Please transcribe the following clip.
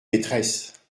maîtresses